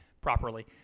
properly